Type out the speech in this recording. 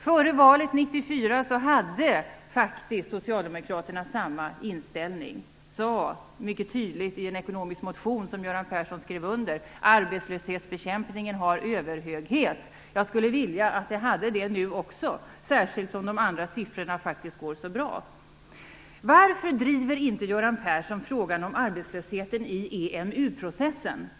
Före valet 1994 hade faktiskt Socialdemokraterna samma inställning. Det sades mycket tydligt i en ekonomisk motion som Göran Persson skrev under: arbetslöshetsbekämpningen har överhöghet. Jag skulle vilja att den hade det nu också, särskilt som de andra siffrorna är så bra. Varför driver inte Göran Persson frågan om arbetslösheten i EMU-processen?